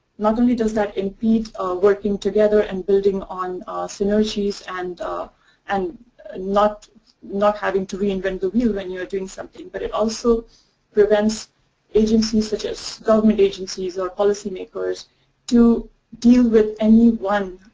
not only does that impede working together and building on ah synergies and and not not having to reinvented new when you are doing something but it also prevents agencies such as government agencies or policy makers to deal with anyone